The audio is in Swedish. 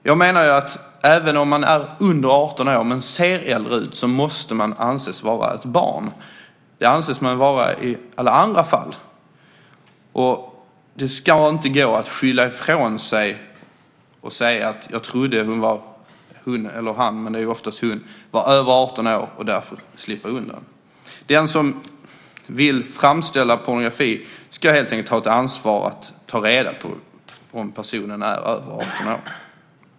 Jag menar att även om man är under 18 år men ser äldre ut så måste man anses vara ett barn. Det anses man ju vara i alla andra fall! Det ska inte gå att skylla ifrån sig och säga att man trodde att någon var över 18 år och därför slippa undan. Den som vill framställa pornografi ska helt enkelt ha ett ansvar att ta reda på om personen är över 18 år.